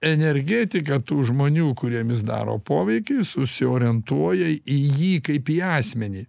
energetika tų žmonių kuriem jis daro poveikį susiorientuoja į jį kaip į asmenį